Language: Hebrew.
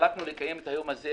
החלטנו לקיים את היום הזה,